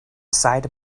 side